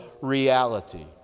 reality